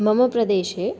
मम प्रदेशे